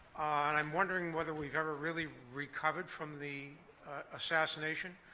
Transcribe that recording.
and i'm wondering whether we've ever really recovered from the assassination.